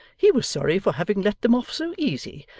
he was sorry for having let em off so easy,